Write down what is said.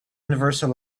universal